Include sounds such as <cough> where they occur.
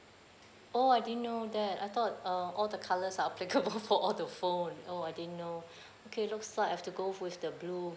oh I didn't know that I thought uh all the colours are applicable <laughs> for all the phone oh I didn't know okay looks like I've to go with the blue